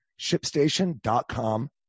ShipStation.com